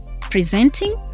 presenting